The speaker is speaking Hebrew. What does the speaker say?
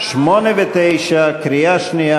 סעיפים 8 9, כהצעת